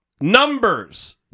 Numbers